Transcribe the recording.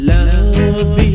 Love